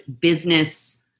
business